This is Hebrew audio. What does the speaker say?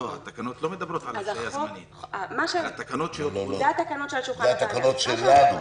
זה התקנות שעל שולחן הוועדה.